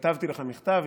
כתבתי לך מכתב,